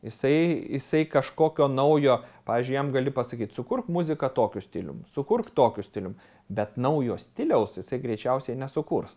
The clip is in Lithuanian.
jisai jisai kažkokio naujo pavyzdžiui jam gali pasakyt sukurk muziką tokiu stilium sukurk tokiu stilium bet naujo stiliaus jisai greičiausiai nesukurs